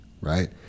right